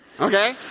okay